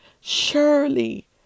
Surely